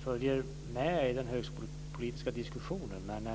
följer med i den högskolepolitiska diskussionen.